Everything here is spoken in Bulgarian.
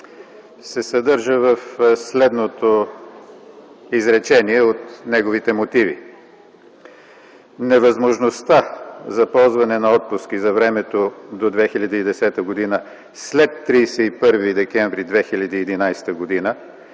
се съдържа в следното изречение от неговите мотиви: „Невъзможността за ползване на отпуски за времето до 2010 г. след 31 декември 2011 г.